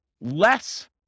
less